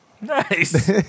Nice